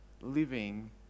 living